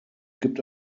gibt